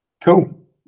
cool